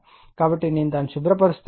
కాబట్టి నేను దానిని శుభ్ర పరుస్తాను